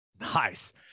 nice